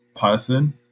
person